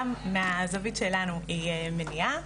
גם מהזווית שלנו שהיא מניעה.